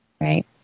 Right